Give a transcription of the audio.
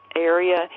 area